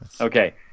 Okay